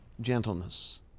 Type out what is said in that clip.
gentleness